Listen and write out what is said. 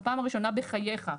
בפעם הראשונה בחייך,